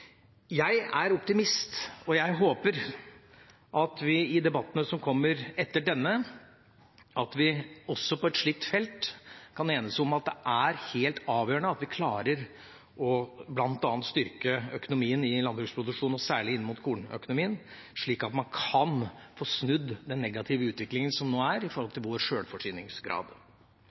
Jeg er optimist og jeg håper at vi i debattene som kommer etter denne, også på et slikt felt, kan enes om at det er helt avgjørende at vi klarer bl.a. å styrke økonomien i landbruksproduksjonen, og særlig inn mot kornøkonomien, slik at man kan få snudd den negative utviklingen som nå er i forhold til vår sjølforsyningsgrad.